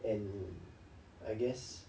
and I guess